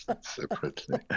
separately